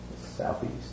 Southeast